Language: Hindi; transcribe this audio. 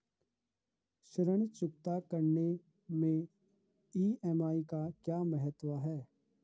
ऋण चुकता करने मैं ई.एम.आई का क्या महत्व है?